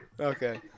Okay